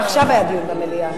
עכשיו היה דיון במליאה.